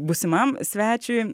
būsimam svečiui